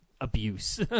abuse